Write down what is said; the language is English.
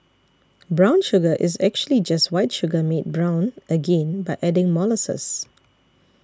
brown sugar is actually just white sugar made brown again by adding molasses